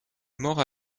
mort